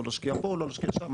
לא להשקיע פה לא להשקיע שם,